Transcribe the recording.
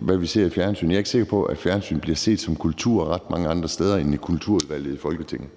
hvad vi ser i fjernsynet. Jeg er ikke sikker på, at fjernsyn bliver set som kultur ret mange andre steder end i Kulturudvalget i Folketinget.